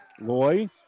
Loy